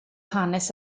hanes